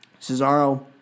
Cesaro